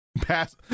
Pass